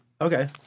Okay